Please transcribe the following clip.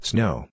Snow